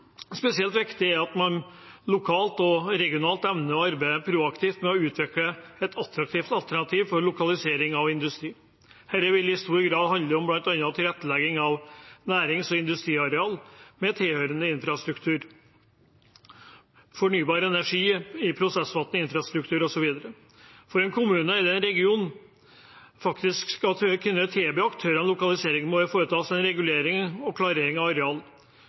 spesielt viktig at en lokalt og regionalt evner å arbeide proaktivt med å utvikle et attraktivt alternativ for lokalisering av industri. Dette vil i stor grad handle om bl.a. tilrettelegging av nærings- og industriareal, med tilhørende infrastruktur, fornybar energi i prosessforvaltende infrastruktur, osv. For at en kommune eller en region skal kunne tilby aktører lokalisering, må det foretas en regulering og en klarering av areal,